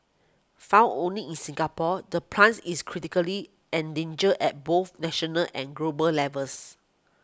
found only in Singapore the plans is critically endangered at both national and global levels